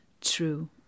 true